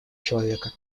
человека